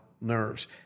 nerves